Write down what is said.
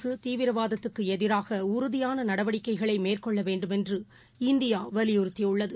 அரசுதீவிரவாதத்துக்குஎதிராகஉறுதியானநடவடிக்கைகளைமேற்கொள்ளவேண்டுமென்று Pakistan இந்தியாவலியுறுத்தியுள்ளது